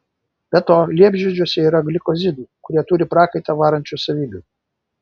be to liepžiedžiuose yra glikozidų kurie turi prakaitą varančių savybių